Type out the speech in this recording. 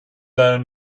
deinem